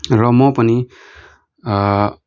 र म पनि